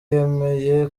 yemeye